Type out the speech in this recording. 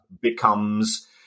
becomes